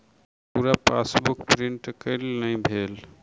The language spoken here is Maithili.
पूरा पासबुक प्रिंट केल नहि भेल